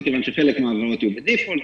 מכוון שחלק מהלוואות יהיו ב-default,